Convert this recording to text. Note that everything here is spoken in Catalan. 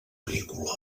agrícola